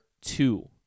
two